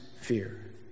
fear